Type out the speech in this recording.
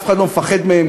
אף אחד לא מפחד מהם,